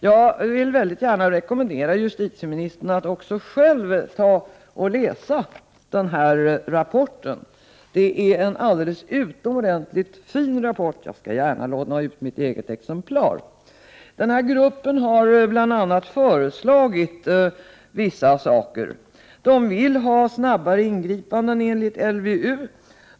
Jag vill mycket gärna rekommendera justitieministern att själv läsa dess rapport. Det är en alldeles utomordentligt fin rapport — jag skall gärna låna ut mitt exemplar. Gruppen har bl.a. kommit med vissa förslag. Man vill ha snabba ingripanden enligt LVU .